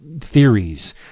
theories